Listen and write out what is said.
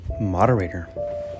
Moderator